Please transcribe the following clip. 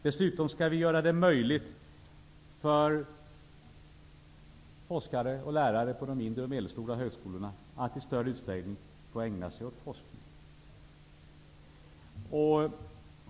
Dessutom skall vi göra det möjligt för forskare och lärare på de mindre och medelstora högskolorna att i större utsträckning ägna sig åt forskning.